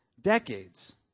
decades